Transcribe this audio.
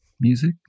music